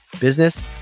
business